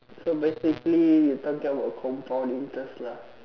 so basically you are talking about compound interest lah